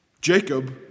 Jacob